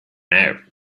arab